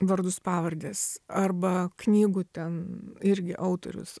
vardus pavardes arba knygų ten irgi autorius